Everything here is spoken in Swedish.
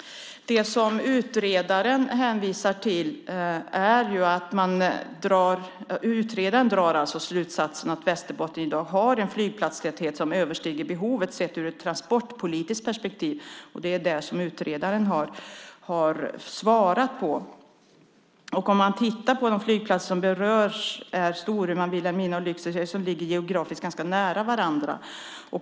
Utredaren drar alltså slutsatsen att Västerbotten i dag har en flygplatstäthet som överstiger behovet sett ur ett transportpolitiskt perspektiv. Det är det som utredaren har svarat på. Om man tittar på de flygplatser som berörs ser man att Storuman, Vilhelmina och Lycksele geografiskt ligger ganska nära varandra.